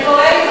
אתה רואה?